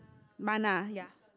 mana ya